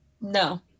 No